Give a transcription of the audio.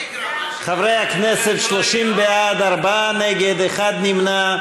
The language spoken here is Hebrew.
חברי הכנסת, 30 בעד, ארבעה נגד, אחד נמנע.